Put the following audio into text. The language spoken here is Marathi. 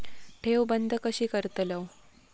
ठेव बंद कशी करतलव?